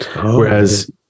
whereas